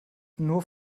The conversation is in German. nur